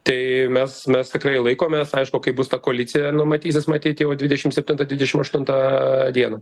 tai mes mes tikrai laikomės aišku kaip bus ta koalicija nu matysis matyt jau dvidešim septintą dvidešim aštuntą dieną